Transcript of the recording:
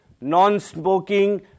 non-smoking